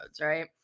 right